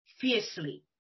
fiercely